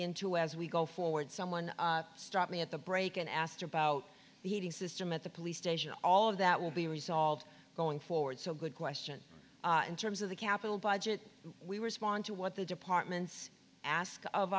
into as we go forward someone stop me at the break and asked about the heating system at the police station all of that will be resolved going forward so good question in terms of the capital budget we respond to what the departments ask of